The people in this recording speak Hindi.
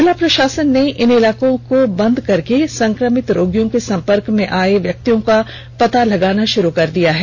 जिला प्रषासन ने इन इलाकों को बंद करके संक्रमित रोगियों के सम्पर्क में आए व्यक्तियों का पता लगाना शुरू कर दिया है